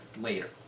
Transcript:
later